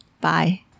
Bye